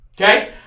Okay